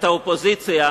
את האופוזיציה,